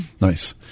Nice